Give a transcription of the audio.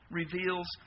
reveals